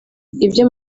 ibyo